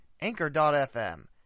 Anchor.fm